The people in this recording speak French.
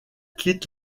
quitte